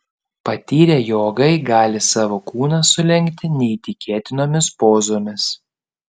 patyrę jogai gali savo kūną sulenkti neįtikėtinomis pozomis